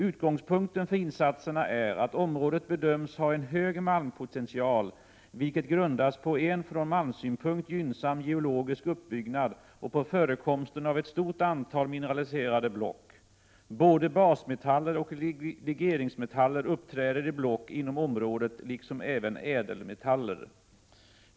Utgångspunkten för insatserna är att området bedöms ha en hög malmpotential, vilket grundas på en från malmsynpunkt gynnsam geologisk uppbyggnad och på förekomsten av ett stort antal mineraliserade block. Både basmetaller och legeringsmetaller uppträder i block inom området liksom även ädelmetaller.